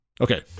Okay